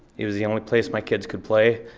it was the only place my kids could play.